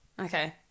Okay